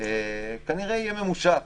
כנראה יהיה ממושך.